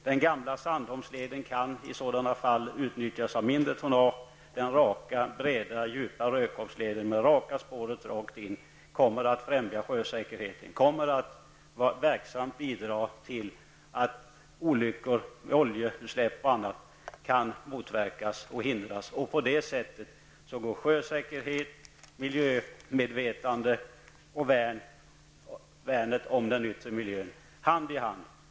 Den gamla Sandholmsleden kan då utnyttjas av mindre tonnage. Den raka, breda och djupa Rödkobbsleden kommer att främja sjösäkerheten och verksamt bidra till att olyckor -- oljeutsläpp och annat -- kan motverkas. På det sättet går sjösäkerheten, miljömedvetandet och värnet om den yttre miljön hand i hand.